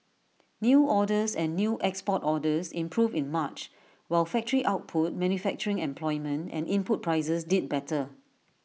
new orders and new export orders improved in March while factory output manufacturing employment and input prices did better